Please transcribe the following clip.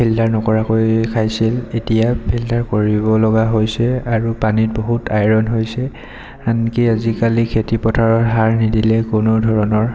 filter নকৰাকৈ খাইছিল এতিয়া ফিল্টাৰ কৰিব লগা হৈছে আৰু পানীত বহুত আইৰণ হৈছে আনকি আজিকালি খেতিপথাৰত সাৰ নিদিলে কোনো ধৰণৰ